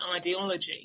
ideology